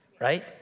right